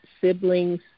siblings